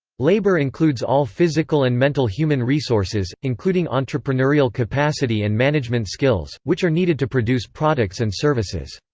labor includes all physical and mental human resources, including entrepreneurial capacity and management skills, which are needed to produce products and services.